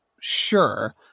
Sure